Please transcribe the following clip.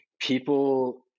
people